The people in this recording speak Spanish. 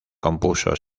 compuso